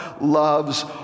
loves